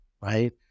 right